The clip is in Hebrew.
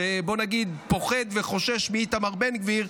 שפוחד וחושש מאיתמר בן גביר,